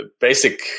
basic